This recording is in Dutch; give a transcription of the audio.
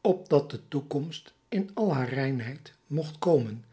opdat de toekomst in al haar reinheid mocht komen